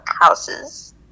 houses